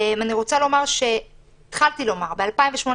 ב-2018